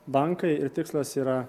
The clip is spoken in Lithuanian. bankai ir tikslas yra